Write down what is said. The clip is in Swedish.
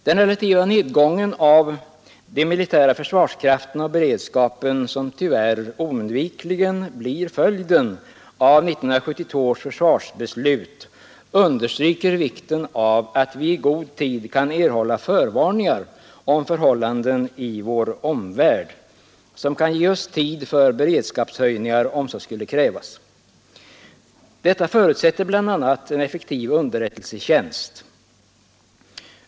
Den relativa nedgång av den militära försvarskraften och beredskapen som tyvärr oundvikligen blir följden av 1972 års försvarsbeslut understryker vikten av att vi i god tid kan erhålla förvarningar om förhållandena i vår omvärld, vilket kan ge oss tid för beredskapshöjningar om så skulle krävas. Detta förutsätter bl.a. en effektiv underrättelsetjänst.